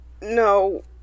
no